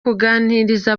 kuganiriza